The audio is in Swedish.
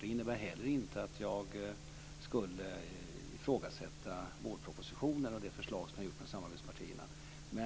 Det innebär heller inte att jag skulle ifrågasätta vårpropositionen och de förslag som gjorts med samarbetspartierna.